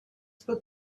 put